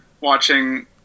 watching